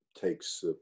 takes